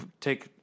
take